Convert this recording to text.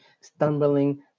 stumbling